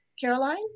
Caroline